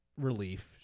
relief